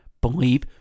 believe